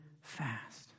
fast